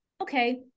okay